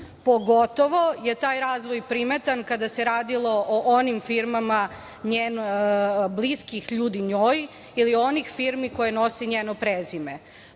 Pogotovo je taj razvoj primetan kada se radilo o onim firmama bliskih ljudi njoj ili onih firmi koje nose njeno prezime,